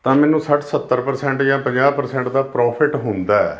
ਤਾਂ ਮੈਨੂੰ ਸੱਠ ਸੱਤਰ ਪ੍ਰਸੈਂਟ ਜਾਂ ਪੰਜਾਹ ਪ੍ਰਸੈਂਟ ਦਾ ਪ੍ਰੋਫਿਟ ਹੁੰਦਾ